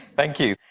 thank you.